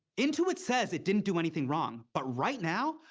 intuit says it didn't do anything wrong, but right now,